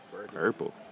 Purple